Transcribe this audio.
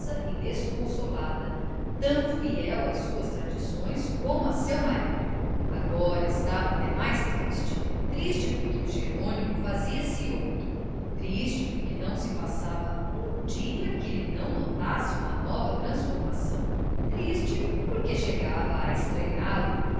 desconsolada tão fiel às suas tradições como a seu marido agora estava até mais triste triste porque jerônimo fazia-se outro triste porque não se passava um dia que lhe não notasse uma nova transformação triste porque chegava a estranhá lo